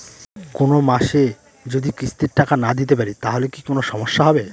কোনমাসে যদি কিস্তির টাকা না দিতে পারি তাহলে কি কোন সমস্যা হবে?